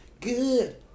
good